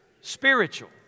Spiritual